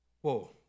whoa